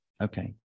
Okay